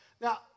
Now